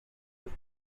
des